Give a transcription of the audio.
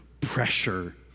pressure